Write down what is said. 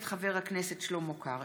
מאת חבר הכנסת שלמה קרעי,